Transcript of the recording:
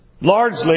largely